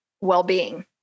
well-being